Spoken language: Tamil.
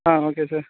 ah okay sir